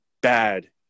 bad